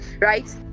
right